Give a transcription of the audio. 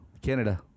Canada